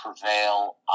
prevail